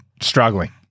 struggling